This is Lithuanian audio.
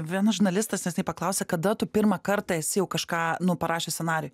vienas žurnalistas neseniai paklausė kada tu pirmą kartą esi jau kažką nu parašius scenarijų